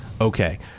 Okay